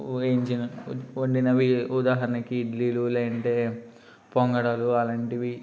వేయించిన వండినవి ఉదాహరణకి ఇడ్లీలు లేదంటే పొంగడాలు అలాంటివి